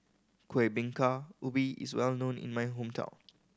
Kuih Bingka Ubi is well known in my hometown